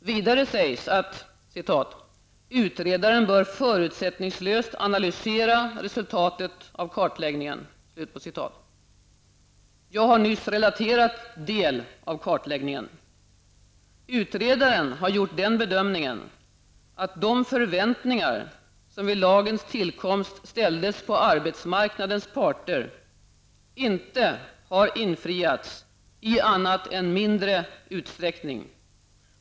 Vidare sägs att ''utredaren bör förutsättningslöst analysera resultatet av kartläggningen''. Jag har nyss relaterat del av kartläggningen. Utredaren har gjort den bedömningen att de förväntningar som vid lagens tillkomst ställdes på arbetsmarknadens parter inte har infriats i annat än mindre utsträckning.